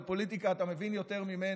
בפוליטיקה אתה מבין יותר ממני,